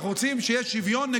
אנחנו רוצים שיהיה שוויון.